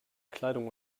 kleidung